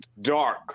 dark